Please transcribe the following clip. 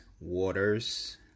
Waters